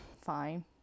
fine